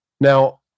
Now